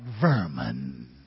vermin